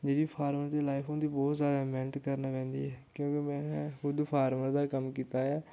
जेह्ड़ी फार्मर दी लाइफ होंदी बहोत जादा मैह्नत करना पौंदी ऐ क्योंकि में खुद फार्मर दा कम्म कीता ऐ